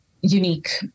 unique